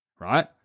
right